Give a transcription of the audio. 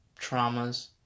traumas